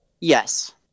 Yes